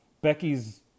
Becky's